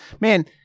man